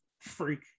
freak